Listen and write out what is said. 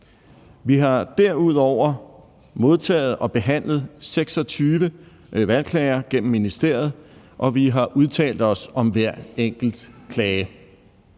Vi har derudover modtaget og behandlet 26 valgklager gennem ministeriet, og vi har udtalt os om hver enkelt klage.